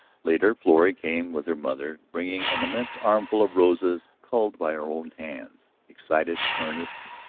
later florrie came with her mother, bringing an immense armful of roses culled by her own hands, excited, earnest,